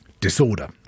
Disorder